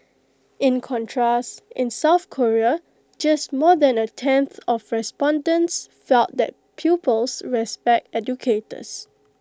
in contrast in south Korea just more than A tenth of respondents felt that pupils respect educators